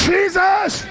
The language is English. Jesus